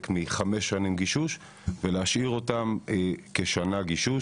מחמש שנים גישוש ולהשאיר אותם כשנה גישוש